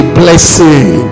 blessing